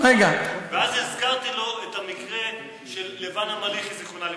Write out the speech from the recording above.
ואז הזכרתי לו את המקרה של לבנה מליחי ז"ל,